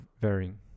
Varying